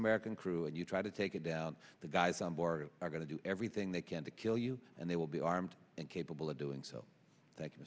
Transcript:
american crew and you try to take it down the guys on board are going to do everything they can to kill you and they will be armed and capable of doing so tha